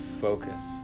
focus